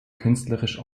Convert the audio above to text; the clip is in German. künstlerisch